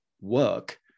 work